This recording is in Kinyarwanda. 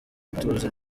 ituze